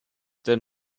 then